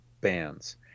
bands